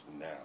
now